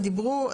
הם דיברו,